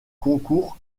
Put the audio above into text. concours